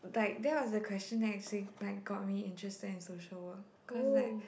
like that was the question that actually like got me interested in social work cause like